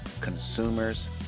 Consumers